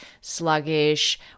sluggish